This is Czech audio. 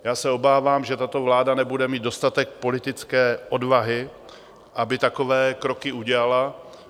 Já se obávám, že tato vláda nebude mít dostatek politické odvahy, aby takové kroky udělala.